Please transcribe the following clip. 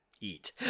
eat